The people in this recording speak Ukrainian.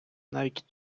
навіть